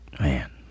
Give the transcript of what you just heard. Man